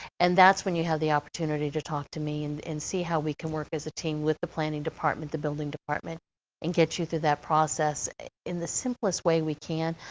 and that's when you have the opportunity to talk to me and see how we can work as a team with the planning department, the building department and get you through that process in the simplest way we can.